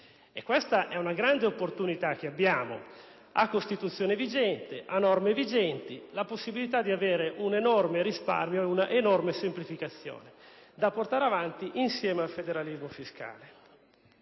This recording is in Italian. Questa è una grande opportunità che abbiamo a Costituzione e a sistema normativo vigenti: la possibilità di ottenere un enorme risparmio e una semplificazione da portare avanti insieme al federalismo fiscale.